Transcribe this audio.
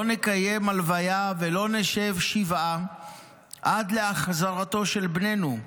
לא נקיים הלוויה ולא נשב שבעה עד להחזרתו של בננו.